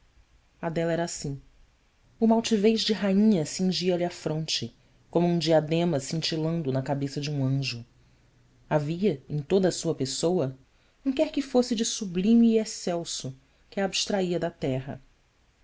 a dela era assim uma altivez de rainha cingia-lhe a fronte como diadema cintilando na cabeça de um anjo havia em toda a sua pessoa um quer que fosse de sublime e excelso que a abstraía da terra